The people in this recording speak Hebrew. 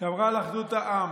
שמרה על אחדות העם,